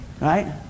Right